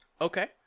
Okay